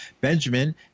Benjamin